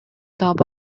таап